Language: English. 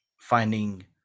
finding